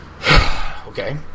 Okay